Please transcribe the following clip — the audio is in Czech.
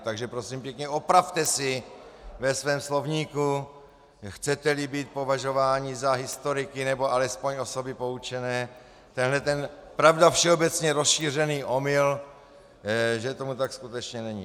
Takže prosím pěkně, opravte si ve svém slovníku, chceteli být považováni za historiky nebo alespoň osoby poučené, tenhle ten pravda všeobecně rozšířený omyl, že tomu tak skutečně není.